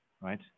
right